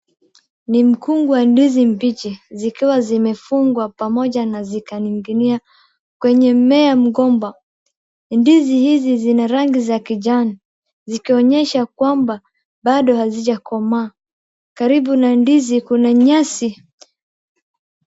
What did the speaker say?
Ni mkungu wa ndizi mbhichi zikiwa zimefungwa pamoja na zikaning'inia kwenye mmea wa mgomba, Ndizi hizi zina rangi za kijani, zikionyesha kwamba bado hazijakomaa. Karibu na ndizi kuna nyasi.